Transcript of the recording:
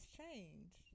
change